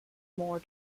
more